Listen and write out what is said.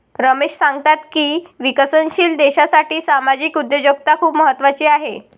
रमेश सांगतात की विकसनशील देशासाठी सामाजिक उद्योजकता खूप महत्त्वाची आहे